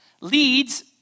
leads